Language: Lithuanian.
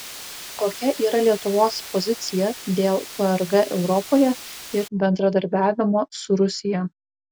kokia yra lietuvos pozicija dėl prg europoje ir bendradarbiavimo su rusija